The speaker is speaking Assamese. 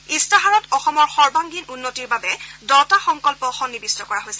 ইস্তাহাৰত অসমৰ সৰ্বাংগীণ উন্নয়নৰ বাবে দহটা সংকল্প সন্নিৱিষ্ট কৰা হৈছে